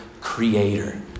creator